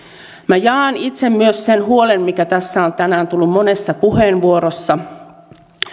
jaan itse myös sen huolen mikä tässä on tänään tullut monessa puheenvuorossa